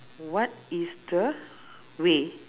what is the way